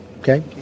okay